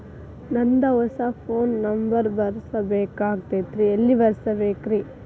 ನಂದ ಹೊಸಾ phone number ಬರಸಬೇಕ್ ಆಗೈತ್ರಿ ಎಲ್ಲೆ ಬರಸ್ಬೇಕ್ರಿ?